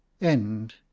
End